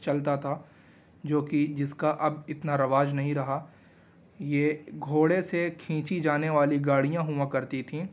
چلتا تھا جو کہ جس کا اب اتنا رواج نہیں رہا یہ گھوڑے سے کھینچی جانے والی گاڑیاں ہوا کرتی تھیں